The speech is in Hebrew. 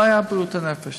לא היה בריאות הנפש.